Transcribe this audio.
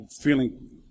feeling